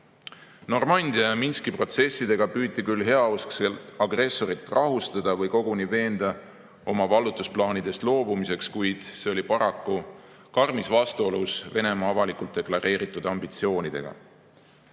ja Minski protsessidega püüti küll heauskselt agressorit rahustada või koguni veenda oma vallutusplaanidest loobuma, kuid see oli paraku karmis vastuolus Venemaa avalikult deklareeritud ambitsioonidega.